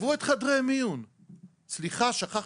סליחה, שכחתי,